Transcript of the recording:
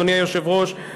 אדוני היושב-ראש,